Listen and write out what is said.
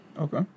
Okay